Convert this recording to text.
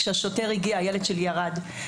כאשר השוטר הגיע, הילד שלי ירד.